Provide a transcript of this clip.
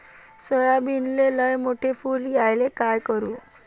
सोयाबीनले लयमोठे फुल यायले काय करू?